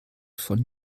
von